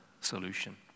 solution